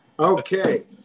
Okay